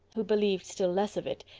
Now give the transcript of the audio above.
who believed still less of it,